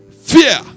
Fear